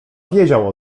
wiedział